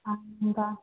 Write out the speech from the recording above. ஆங்க்கா